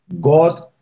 God